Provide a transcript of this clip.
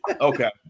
Okay